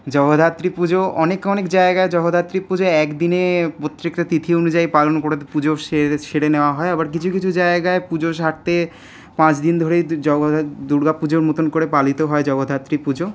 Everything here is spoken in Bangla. জগদ্ধাত্রী পুজো অনেক অনেক জায়গায় জগদ্ধাত্রী পূজা একদিনে প্রত্যেকটা তিথি অনুযায়ী পালন করে পুজো সেরে নেওয়া হয় আবার কিছু কিছু জায়গায় পুজো সারতে পাঁচদিন ধরেই জগদ্ধা দুর্গাপুজোর মতন করে পালিত হয় জগদ্ধাত্রী পুজো